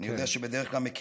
אני יודע שבדרך כלל מקילים.